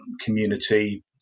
community